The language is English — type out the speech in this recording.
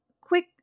quick